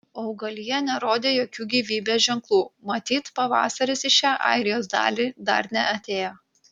augalija nerodė jokių gyvybės ženklų matyt pavasaris į šią airijos dalį dar neatėjo